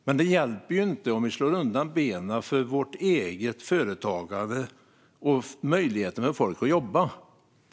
Men det hjälper inte att vi slår undan benen på vårt eget företagande och möjligheten för folk att jobba.